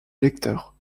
lecteur